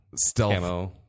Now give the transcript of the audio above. stealth